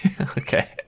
Okay